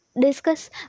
discuss